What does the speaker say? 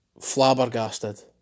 flabbergasted